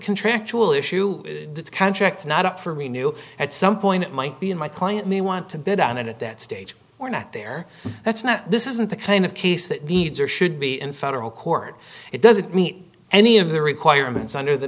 contractual issue that's contracts not up for me new at some point it might be in my client may want to bid on it at that stage we're not there that's not this isn't the kind of case that the needs or should be in federal court it doesn't meet any of the requirements under the